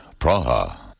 Praha. (